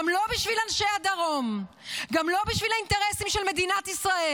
גם לא בשביל אנשי הדרום וגם לא בשביל האינטרסים של מדינת ישראל,